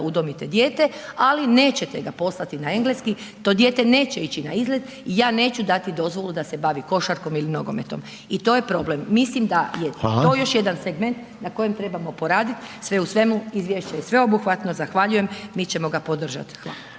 udomite dijete, ali nećete ga poslati na engleski, to dijete neće ići na izlet i ja neću dati dozvolu da se bavi košarkom ili nogometom. I to je problem. Mislim da je to još .../Upadica: Hvala./... jedan segment na kojem trebamo poraditi, sve u svemu, izvješće je sveobuhvatno, zahvaljujem. Mi ćemo ga podržati. Hvala.